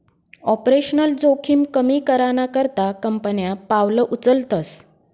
operational जोखिम कमी कराना करता कंपन्या पावलं उचलतस